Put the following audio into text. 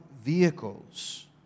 vehicles